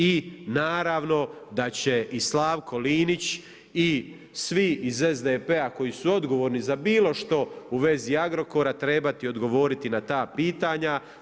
I naravno da će i Slavko Linić i svi iz SDP-a koji su odgovorni za bilo što u vezi Agrokora trebati odgovoriti na ta pitanja.